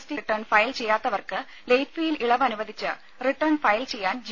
T return file ചെയ്യാത്തവർക്ക് late ഫീയിൽ ഇളവ് അനുവദിച്ച് റിട്ടേൺ ഫയൽ ചെയ്യാൻ ജി